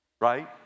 right